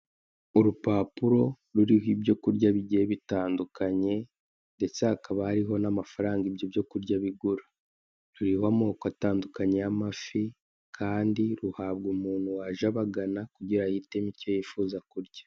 Urupapuro ruriho ibyo kurya bigiye bitandukanye, ndetse hakaba hariho n'amafaranga ibyo byo kurya bigura, ruriho amako atandukanye y'amaji kandi ruhabwa umuntu waje abagana kugirango ahitemo icyo kurya.